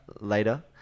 later